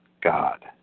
God